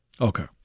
Okay